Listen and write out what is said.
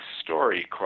story